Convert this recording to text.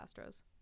Astros